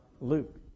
Luke